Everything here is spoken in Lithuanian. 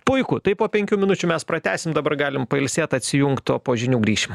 puiku tai po penkių minučių mes pratęsim dabar galim pailsėt atsijungt o po žinių grįšim